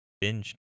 Binge